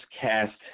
cast